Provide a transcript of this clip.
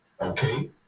Okay